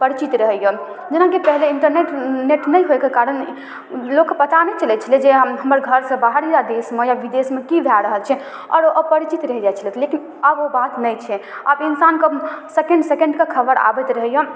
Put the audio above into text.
परिचित रहइए जेनाकि इन्टरनेट नेट नइ होइके कारण लोकके पता नहि चलय छलै जे हमर घरसँ बाहर या देश या विदेशमे की भए रहल छै आओर ओ अपरिचित रहि जाइ छलथि लेकिन आब ओ बात नहि छै आब इंसानके सेकेण्ड सेकेण्डके खबर आबैत रहइए